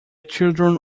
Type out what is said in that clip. children